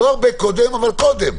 לא הרבה קודם, אבל קודם.